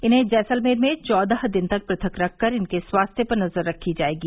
इन्हें जैसलमेर में चौदह दिन तक प्रथक रखकर इनके स्वास्थ्य पर नजर रखी जाएगी